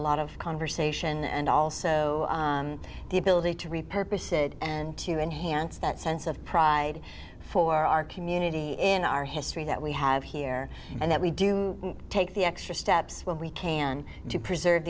a lot of conversation and also the ability to repurpose it and to enhance that sense of pride for our community in our history that we have here and that we do take the extra steps when we can to preserve